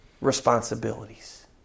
responsibilities